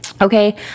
Okay